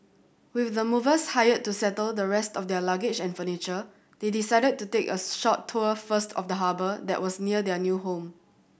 with the movers hired to settle the rest of their luggage and furniture they decided to take a short tour first of the harbour that was near their new home